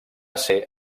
ser